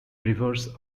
rivers